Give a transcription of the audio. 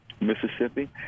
Mississippi